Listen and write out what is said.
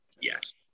Yes